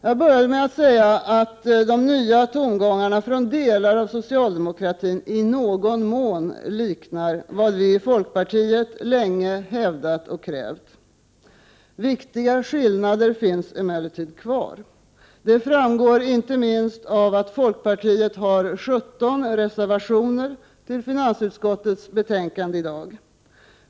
Jag började med att säga att de nya tongångarna från delar av socialdemokratin i någon mån liknar vad vi i folkpartiet länge hävdat och krävt. Viktiga skillnader finns emellertid. Det framgår inte minst av att folkpartiet har 17 reservationer till finansutskottets betänkande nr 20.